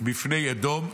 בפני אדום".